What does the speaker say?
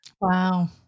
Wow